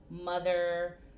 mother